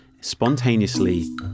spontaneously